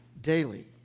daily